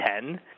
ten